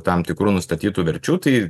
tam tikrų nustatytų verčių tai